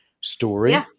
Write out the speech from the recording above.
story